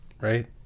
Right